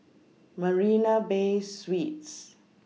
Marina Bay Suites